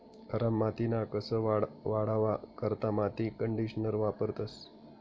खराब मातीना कस वाढावा करता माती कंडीशनर वापरतंस